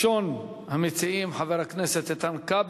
הצעות לסדר-היום מס' 6479,